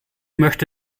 möchte